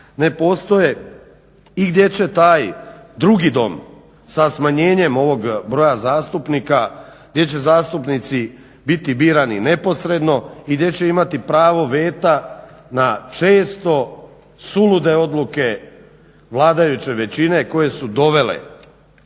ne postoje i gdje će taj drugi dom sa smanjenjem ovog broja zastupnika, gdje će zastupnici biti birani neposredno i gdje će imati pravo veta na često sulude odluke vladajuće većine u svih